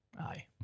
Aye